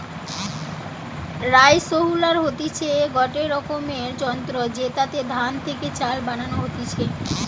rice huller হতিছে গটে রকমের যন্ত্র জেতাতে ধান থেকে চাল বানানো হতিছে